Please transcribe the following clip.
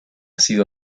sido